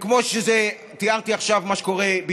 כמו שתיארתי עכשיו מה שקורה,